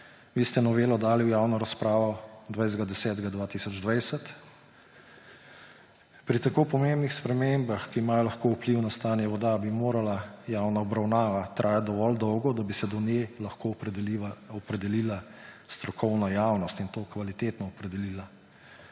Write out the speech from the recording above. Vi ste novelo dali v javno razpravo 20. 10. 2020. Pri tako pomembnih spremembah, ki imajo lahko vpliv na stanje voda, bi morala javna obravnava trajati dovolj dolgo, da bi se do nje lahko opredelila strokovna javnost, in to kvalitetno opredelila.